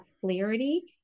clarity